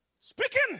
Speaking